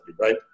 right